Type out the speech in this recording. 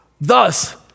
Thus